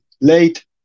late